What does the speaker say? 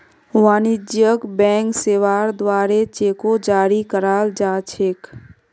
वाणिज्यिक बैंक सेवार द्वारे चेको जारी कराल जा छेक